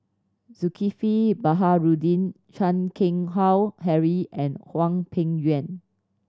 Zulkifli Baharudin Chan Keng Howe Harry and Hwang Peng Yuan